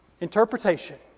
interpretation